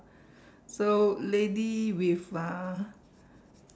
so lady with uh